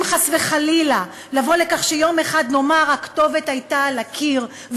חס וחלילה לבוא לכך שיום אחד נאמר: הכתובת הייתה על הקיר,